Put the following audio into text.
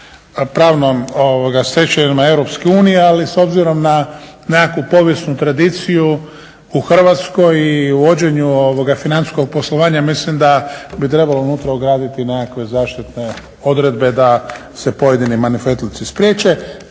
pravnom stečevinom EU ali s obzirom na nekakvu povijesnu tradiciju u Hrvatskoj i u vođenju ovoga financijskog poslovanja mislim da bi trebalo unutra ugraditi nekakve zaštite odredbe da se pojedini manufetluci spriječe